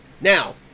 Now